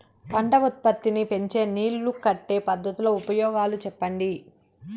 పంట ఉత్పత్తి నీ పెంచే నీళ్లు కట్టే పద్ధతుల ఉపయోగాలు చెప్పండి?